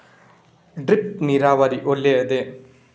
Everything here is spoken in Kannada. ಡ್ರಿಪ್ ನೀರಾವರಿ ಒಳ್ಳೆಯದೇ?